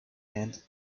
and